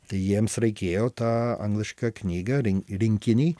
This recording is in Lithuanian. tai jiems reikėjo tą anglišką knygą rin rinkinį